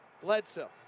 Bledsoe